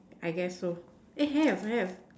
I guess so eh have have